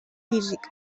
físic